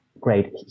great